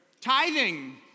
Tithing